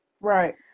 right